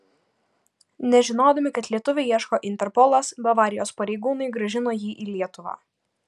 nežinodami kad lietuvio ieško interpolas bavarijos pareigūnai grąžino jį į lietuvą